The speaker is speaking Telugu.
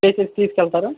ప్లేసెస్ తీసుకెళ్తారా